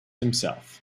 himself